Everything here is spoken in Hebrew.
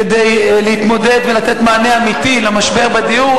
כדי להתמודד ולתת מענה אמיתי למשבר הדיור.